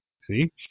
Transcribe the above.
See